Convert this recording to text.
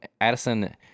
Addison